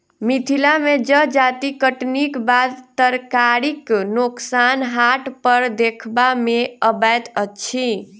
मिथिला मे जजाति कटनीक बाद तरकारीक नोकसान हाट पर देखबा मे अबैत अछि